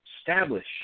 establish